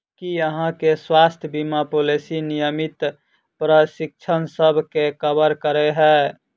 की अहाँ केँ स्वास्थ्य बीमा पॉलिसी नियमित परीक्षणसभ केँ कवर करे है?